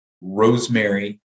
rosemary